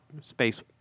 space